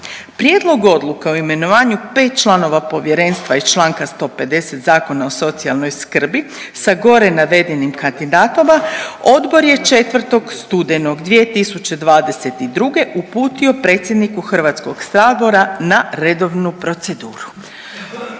Prijedlog Odluke o imenovanju pet članova povjerenstva iz Članka 150. Zakona o socijalnoj skrbi sa gore navedenim kandidatima odbor je 4. studenog 2022. uputio predsjedniku Hrvatskog sabora na redovnu proceduru.